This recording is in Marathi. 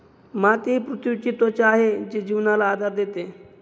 माती ही पृथ्वीची त्वचा आहे जी जीवनाला आधार देते